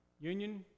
Union